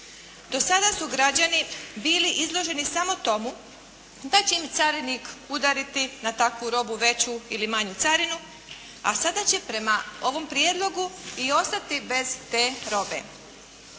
Do sada su građani bili izloženi samo tomu da će im carinik udariti na takvu robu veću ili manju carinu, a sada će prema ovom prijedlogu i ostati bez te robe.